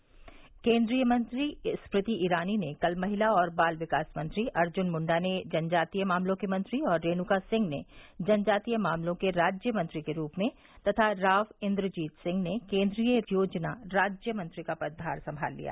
स्मृति ईरानी पद भार केन्द्रीय मंत्री स्मृति ईरानी ने कल महिला और बाल विकास मंत्री अर्जुन मुंडा ने जनजातीय मामलों के मंत्री और रेणुका सिंह ने जनजातीय मामलों के राज्य मंत्री के रूप में राव इन्द्रजीत सिंह ने केन्द्रीय योजना राज्य मंत्री का कार्यभार संभाल लिया